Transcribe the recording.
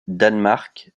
danemark